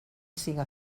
siga